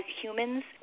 humans